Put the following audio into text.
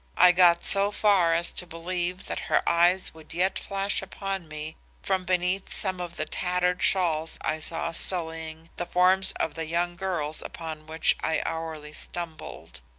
i got so far as to believe that her eyes would yet flash upon me from beneath some of the tattered shawls i saw sullying the forms of the young girls upon which i hourly stumbled.